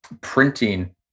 printing